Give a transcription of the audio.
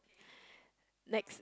next